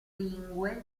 lingue